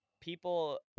people